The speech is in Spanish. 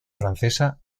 francesa